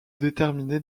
déterminer